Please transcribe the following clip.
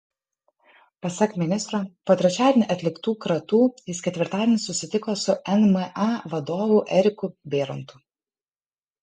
pasak ministro po trečiadienį atliktų kratų jis ketvirtadienį susitiko su nma vadovu eriku bėrontu